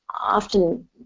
often